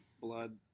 blood